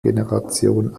generation